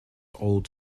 old